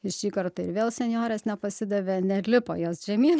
ir šį kartą ir vėl senjorės nepasidavė nelipo jos žemyn